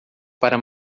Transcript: para